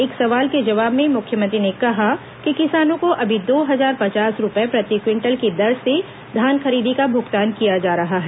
एक सवाल के जवाब में मुख्यमंत्री ने कहा कि किसानों को अभी दो हजार पचास रूपये प्रति क्विंटल की दर से धान खरीदी का भुगतान किया जा रहा है